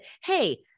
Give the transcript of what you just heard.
Hey